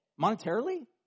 monetarily